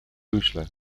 uaisle